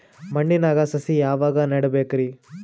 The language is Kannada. ಮಣ್ಣಿನಾಗ ಸಸಿ ಯಾವಾಗ ನೆಡಬೇಕರಿ?